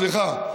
סליחה,